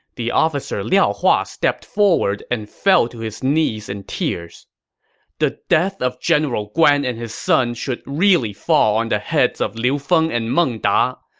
the officer liao hua stepped forward and fell to his knees in tears the death of general guan and his son should really fall on the heads of liu feng and meng da,